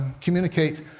communicate